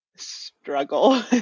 struggle